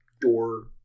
door